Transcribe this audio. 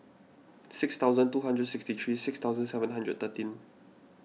six thousand two hundred sixty three six thousand seven hundred thirteen